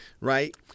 right